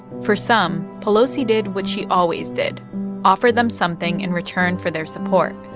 for some, pelosi did what she always did offer them something in return for their support.